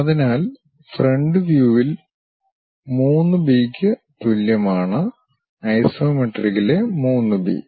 അതിനാൽ ഫ്രണ്ട് വ്യൂവിൽ 3 ബിക്ക് തുല്യമാണ് ഐസോമെട്രിക്കിലെ 3 ബി